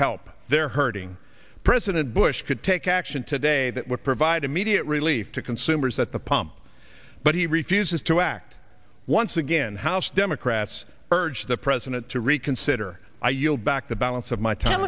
help they're hurting president bush could take action today that would provide immediate relief to consumers at the pump but he refuses to act once again house democrats urge the president to reconsider i yield back the balance of my t